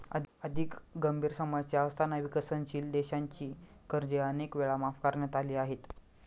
अधिक गंभीर समस्या असताना विकसनशील देशांची कर्जे अनेक वेळा माफ करण्यात आली आहेत